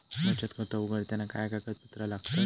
बचत खाता उघडताना काय कागदपत्रा लागतत?